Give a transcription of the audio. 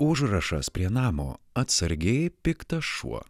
užrašas prie namo atsargiai piktas šuo